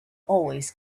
always